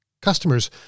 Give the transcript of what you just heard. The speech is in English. customers